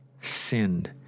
sinned